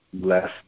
less